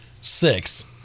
Six